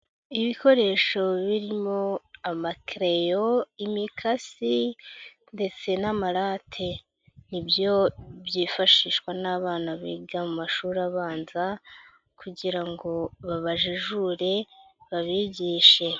Ibikoresho birimo amakereyo, imikasi ndetse n'amarate. Ni byo byifashishwa n'abana biga mu mashuri abanza kugira ngo babajijure babigishe.